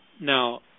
Now